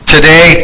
Today